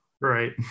Right